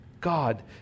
God